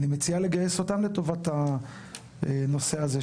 אני מציע לגייס אותם לטובת הנושא הזה,